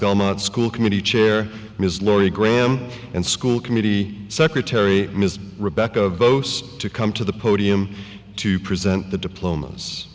belmont school committee chair ms laurie graham and school committee secretary ms rebecca voce to come to the podium to present the diplomas